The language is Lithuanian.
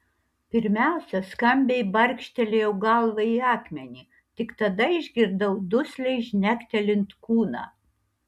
pirmiausia skambiai barkštelėjau galva į akmenį tik tada išgirdau dusliai žnektelint kūną